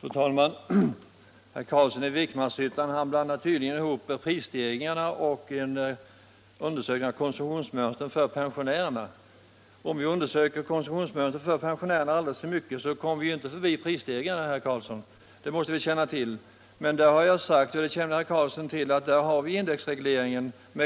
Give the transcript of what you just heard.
Fru talman! Herr Carlsson i Vikmanshyttan blandar tydligen ihop frågan om prisstegringarna och en undersökning av konsumtionsmönstret hos pensionärerna. Hur mycket vi än undersöker konsumtionsmönstret hos pensionärerna, kommer vi inte förbi prisstegringarna. Vi har index regleringen, herr Carlsson,